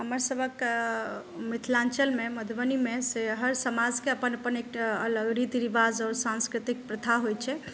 हमर सभक मिथिलाञ्चलमे मधुबनीमे से हर समाजके से अपन अपन एकटा रीति रिवाज आओर सांस्कृतिक प्रथा होइ छै